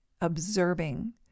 observing